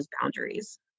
boundaries